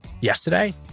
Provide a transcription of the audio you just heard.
yesterday